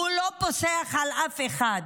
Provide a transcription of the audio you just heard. והוא לא פוסח על אף אחד.